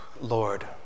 Lord